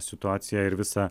situaciją ir visą